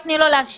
תני לו להשיב.